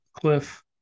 Cliff